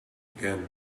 again